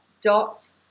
dot